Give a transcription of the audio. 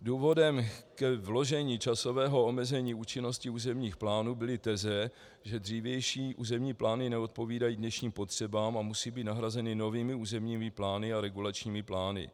Důvodem k vložení časového omezení účinnosti územních plánů byly teze, že dřívější územní plány neodpovídají dnešním potřebám a musí být nahrazeny novými územními plány a regulačními plány.